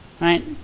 Right